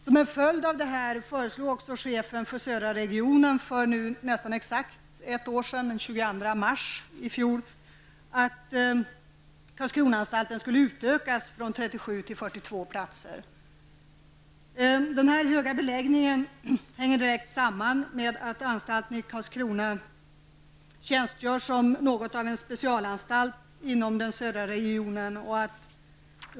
Som en följd av detta föreslog chefen för södra regionen för nästan exakt ett år sedan, den 22 mars i fjol, att Karlskronaanstalten skall utökas från 37 till 42 platser. Den höga beläggningen hänger direkt samman med att anstalten i Karlskrona tjänstgör som något av en specialanstalt inom den södra regionen.